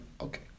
Okay